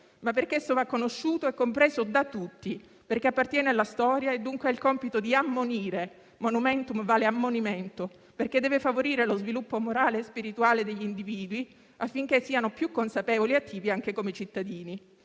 ma perché esso va conosciuto e compreso da tutti; perché appartiene alla storia e dunque ha il compito di ammonire (*monumentum* vale ammonimento); perché deve favorire lo sviluppo morale e spirituale degli individui affinché siano più consapevoli e attivi anche come cittadini.